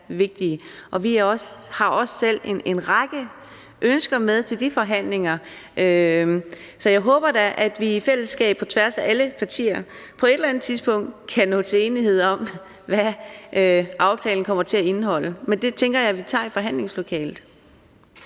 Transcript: vigtige. Og vi har også selv en række ønsker med til de forhandlinger. Så jeg håber da, at vi i fællesskab på tværs af alle partier på et eller andet tidspunkt kan nå til enighed om, hvad aftalen kommer til at indholde. Men det tænker jeg vi tager i forhandlingslokalet.